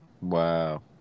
Wow